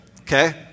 okay